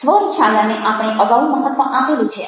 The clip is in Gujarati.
સ્વર છાયાને આપણે અગાઉ મહત્ત્વ આપેલું છે